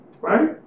right